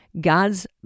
God's